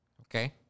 Okay